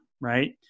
right